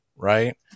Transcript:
right